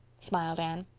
smiled anne.